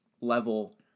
level